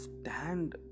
stand